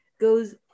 goes